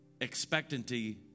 expectancy